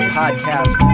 podcast